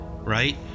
right